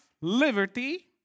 liberty